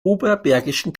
oberbergischen